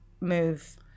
move